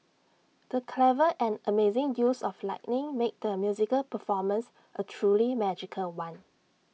the clever and amazing use of lighting made the musical performance A truly magical one